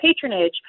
patronage